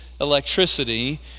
electricity